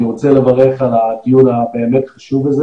אני רוצה לברך על הדיון הבאמת חשוב הזה